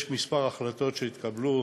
יש כמה החלטות שהתקבלו